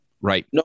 Right